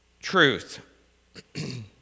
truth